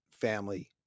family